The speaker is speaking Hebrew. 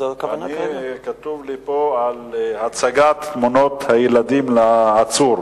כתוב לי פה: הצגת תמונות הילדים לעצור.